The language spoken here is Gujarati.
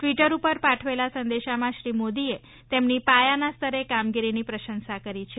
ટ્વીટર પર પાઠવેલા સંદેશમાં શ્રી મોદીએ તેમની પાયાના સ્તરે કામગીરીની પ્રશંસા કરી છે